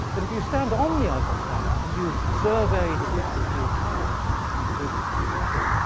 but if you stand on the eiffel tower and you survey the beautiful view of paris, and um i kind of do this in the preface,